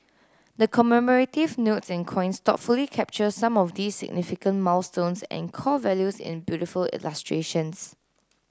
the commemorative notes and coins thoughtfully capture some of these significant milestones and core values in beautiful illustrations